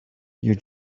you